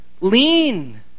lean